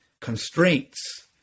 constraints